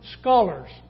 scholars